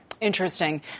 Interesting